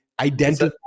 identify